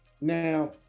Now